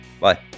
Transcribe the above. Bye